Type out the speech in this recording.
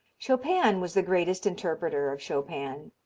chopin was the greatest interpreter of chopin,